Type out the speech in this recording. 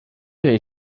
jej